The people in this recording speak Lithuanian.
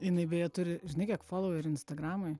jinai beje turi žinai kiek folauerių instagramoj